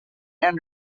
and